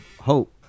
hope